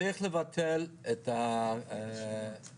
צריך לבטל את ההגבלה